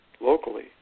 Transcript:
locally